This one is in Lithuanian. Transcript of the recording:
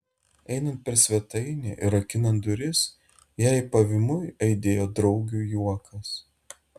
einant per svetainę ir rakinant duris jai pavymui aidėjo draugių juokas